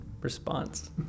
response